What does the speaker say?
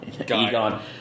Egon